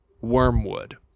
Wormwood